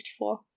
1964